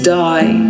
die